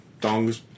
dongs